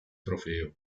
trofeo